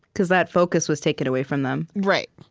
because that focus was taken away from them right,